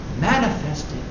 manifested